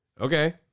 Okay